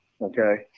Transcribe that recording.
okay